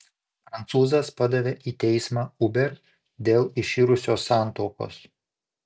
prancūzas padavė į teismą uber dėl iširusios santuokos